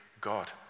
God